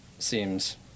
seems